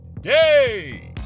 day